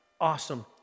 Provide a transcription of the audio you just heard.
Awesome